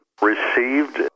received